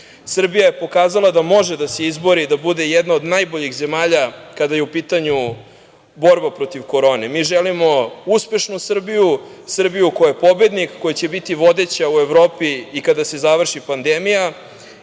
je pokazala da može da se izbori da bude jedna od najboljih zemalja kada je u pitanju borba protiv korone. Mi želimo uspešnu Srbiju, Srbiju koja je pobednik, koja će biti vodeća u Evropi i kada se završi pandemija.U